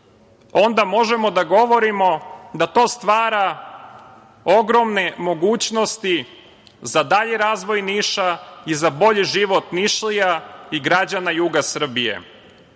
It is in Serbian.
onda možemo da govorimo da to stvara ogromne mogućnosti za dalji razvoj Niša i za bolji život Nišlija i građana juga Srbije. To